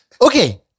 Okay